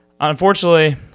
unfortunately